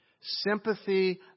sympathy